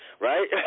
right